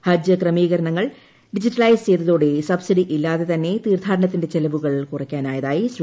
ഹജ്ജ് ക്രമീകരണങ്ങൾ ഡിജിറ്റലൈസ് ചെയ്തതോടെ സബ്സിഡി ഇല്ലാതെ തന്നെ തീർത്ഥാടനത്തിന്റെ ചെലവുകൾ കുറയ്ക്കാനായതായി ശ്രീ